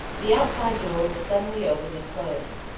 the outside door was suddenly opened and closed.